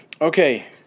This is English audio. okay